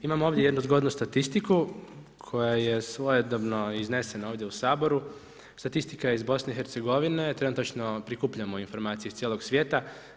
Imamo ovdje jednu zgodnu statistiku koja je svojedobno iznesena ovdje u Saboru, statistika je iz BiH-a, trenutačno prikupljamo informacije iz cijeloga svijeta.